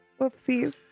Whoopsies